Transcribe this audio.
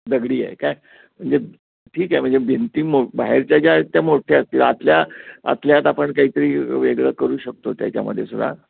दगडी आहे काय म्हणजे ठीक आहे म्हणजे भिंती मो बाहेरच्या ज्या आहेत त्या मोठ्या असतील आतल्या आतल्या आत आपण काही तरी वेगळं करू शकतो त्याच्यामध्ये सुद्धा